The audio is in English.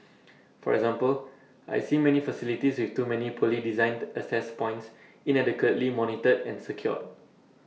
for example I see many facilities with too many poorly designed access points inadequately monitored and secured